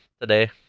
today